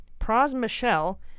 Pras-Michel